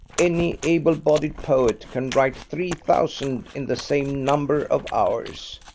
any ablebodied-poet can write three thousand in the same number of hours.